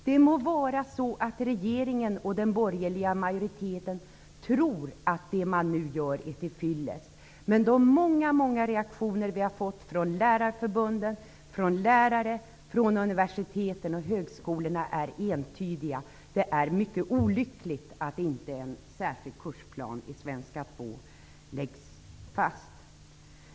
Det må vara så att regeringen och den borgerliga majoriteten tror att det de nu gör är tillfyllest, men de många reaktioner vi har fått från lärarförbunden, lärare, universitet och högskolor är entydiga. Det är mycket olyckligt att en särskild kursplan för svenska 2 inte läggs fast.